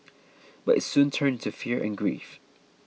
but it soon turned into fear and grief